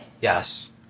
Yes